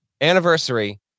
anniversary